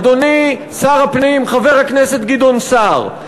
אדוני שר הפנים גדעון סער,